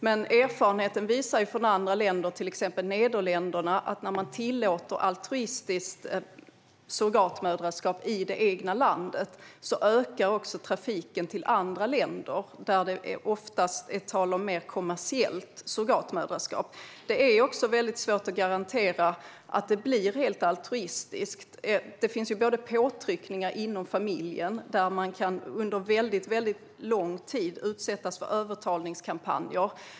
Men erfarenheten från andra länder, till exempel Nederländerna, visar att när man tillåter altruistiskt surrogatmoderskap i det egna landet ökar också trafiken till andra länder, där det oftast är tal om mer kommersiellt surrogatmoderskap. Det är också svårt att garantera att det blir helt altruistiskt. Det kan finnas påtryckningar inom familjen där man under lång tid kan utsättas för övertalningskampanjer.